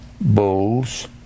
bulls